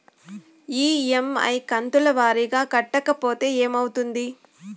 EMI కంతుల వారీగా కట్టకపోతే ఏమవుతుంది?